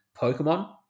pokemon